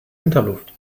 winterluft